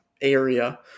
area